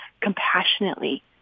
compassionately